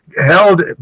held